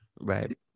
Right